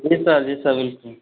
जी sir जी sir जी sir